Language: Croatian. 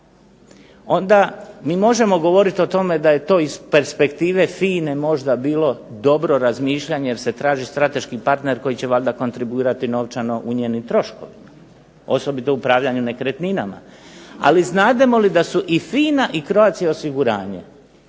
onda mi možemo govoriti o tome da je to iz perspektive FINA-e možda bilo dobro razmišljanje jer se traži strateški partner koji će valjda kontribuirati novčano u njenim troškovima, osobito upravljanjem nekretninama, ali znademo li da su i FINA i Croatia osiguranje